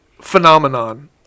phenomenon